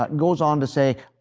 but goes on to say,